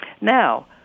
Now